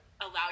allow